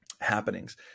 happenings